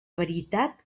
veritat